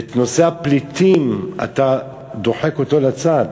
ואת נושא הפליטים אתה דוחק לצד?